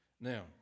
Now